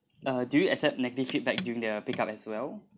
uh do you accept negative feedback during the pickup as well